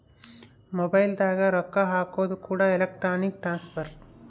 mobile ದಾಗ ರೊಕ್ಕ ಹಾಕೋದು ಕೂಡ ಎಲೆಕ್ಟ್ರಾನಿಕ್ ಟ್ರಾನ್ಸ್ಫರ್